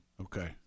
Okay